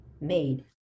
made